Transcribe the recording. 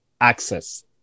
access